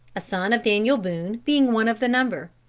a son of daniel boone being one of the number.